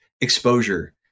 exposure